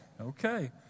Okay